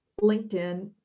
LinkedIn